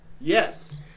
Yes